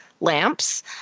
lamps